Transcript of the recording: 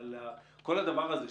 אבל כל הדבר הזה,